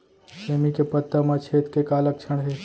सेमी के पत्ता म छेद के का लक्षण हे?